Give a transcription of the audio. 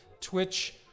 Twitch